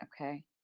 Okay